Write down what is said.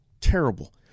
terrible